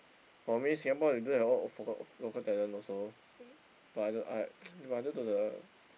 for me Singapore they don't have a lot of local talent also but I d~ I new to the